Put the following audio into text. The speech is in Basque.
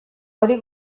hori